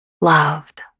loved